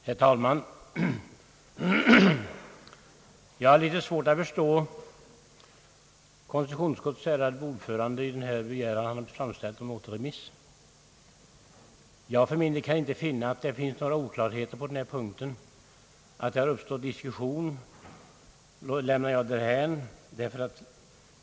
Herr talman! Jag har litet svårt att förstå konstitutionsutskottets ärade ordförande beträffande denna begäran om återremiss. Jag kan inte finna att det råder några oklarheter på denna punkt. Att det har uppstått diskussion lämnar jag därhän.